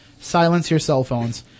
silenceyourcellphones